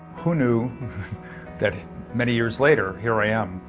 who knew that many years later, here i am,